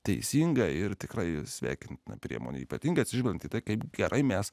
teisinga ir tikrai sveikintina priemonė ypatingai atsižvelgiant į tai kaip gerai mes